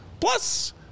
Plus